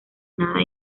nada